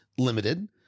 limited